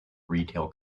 retail